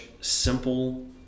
simple